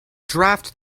draft